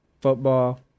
football